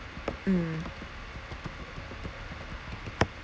mm